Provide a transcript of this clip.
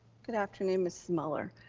good afternoon, ms. muller.